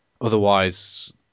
otherwise